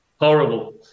Horrible